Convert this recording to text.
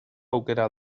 aukera